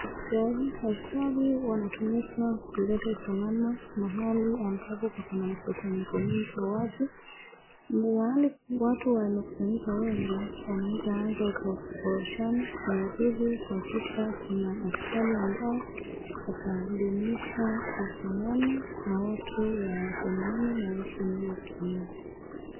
Askari askari wanatumika kuleta usalama mahali ambapo pako na mkusanyiko mingi ya watu. Mahali watu wamekusanyika wengi, wanaweza anza kukoroshana na ni vizuri kuhakikisha kuna askari ambao watadumisha usalama na watu wapendane na waishi hadi uzeeni.